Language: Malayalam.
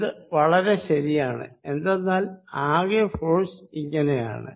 ഇത് വളരെ ശരിയാണ് എന്തെന്നാൽ ആകെ ഫോഴ്സ് ഇങ്ങനെയാണ്